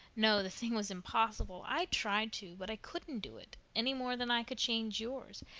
no, the thing was impossible. i tried to, but i couldn't do it, any more than i could change yours.